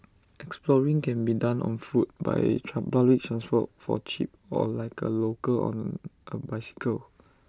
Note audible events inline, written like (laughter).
exploring can be done on foot by (unintelligible) public transport for cheap or like A local on A bicycle